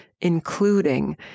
including